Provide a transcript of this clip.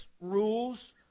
rules